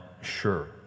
Sure